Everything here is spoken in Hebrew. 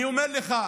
אני אומר לך.